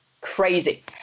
Crazy